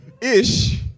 ish